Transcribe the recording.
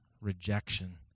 rejection